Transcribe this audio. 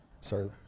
Sorry